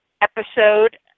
episode